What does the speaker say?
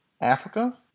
Africa